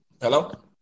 Hello